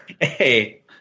Hey